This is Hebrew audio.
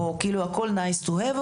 הכל כאילו Nice to have,